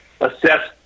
assess